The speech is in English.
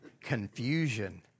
confusion